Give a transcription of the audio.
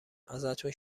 ازتون